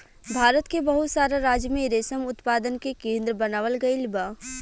भारत के बहुत सारा राज्य में रेशम उत्पादन के केंद्र बनावल गईल बा